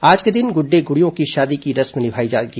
आज के दिन गुड़े गुड़ियों की शादी की रस्म निभाई जाएगी